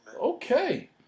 Okay